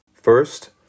First